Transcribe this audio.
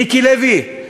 מיקי לוי,